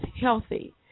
healthy